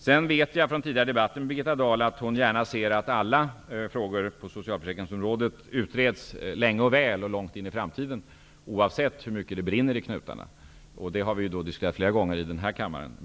Jag vet från tidigare debatter med Birgitta Dahl att hon gärna ser att alla frågor på socialförsäkringsområdet utreds länge och väl och långt in i framtiden, oavsett hur mycket det brinner i knutarna. Det har vi diskuterat flera gånger i denna kammare.